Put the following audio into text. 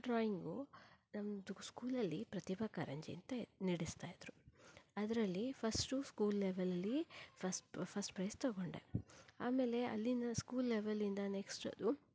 ಆ ಡ್ರಾಯಿಂಗು ನಮ್ದು ಸ್ಕೂಲಲ್ಲಿ ಪ್ರತಿಭಾ ಕಾರಂಜಿ ಅಂತ ನಡೆಸ್ತಾ ಇದ್ರು ಅದರಲ್ಲಿ ಫಸ್ಟು ಸ್ಕೂಲ್ ಲೆವೆಲಲ್ಲಿ ಫಸ್ಟ್ ಫಸ್ಟ್ ಪ್ರೈಜ್ ತಗೊಂಡೆ ಆಮೇಲೆ ಅಲ್ಲಿಂದ ಸ್ಕೂಲ್ ಲೆವೆಲಿಂದ ನೆಕ್ಸ್ಟ್ ಅದು